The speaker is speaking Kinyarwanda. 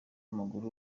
w’amaguru